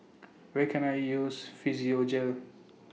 Where Can I use Physiogel For